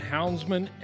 Houndsman